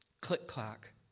Click-clack